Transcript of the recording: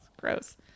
Gross